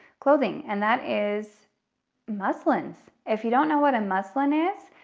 clothing, and that is muslins. if you don't know what a muslin is,